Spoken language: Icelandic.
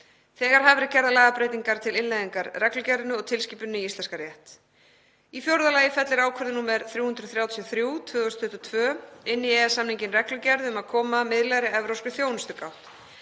Þegar hafa verið gerðar lagabreytingar til innleiðingar reglugerðinni og tilskipuninni í íslenskan rétt. Í fjórða lagi fellir ákvörðun nr. 333/2022 inn í EES-samninginn reglugerð um að koma á miðlægri evrópskri þjónustugátt.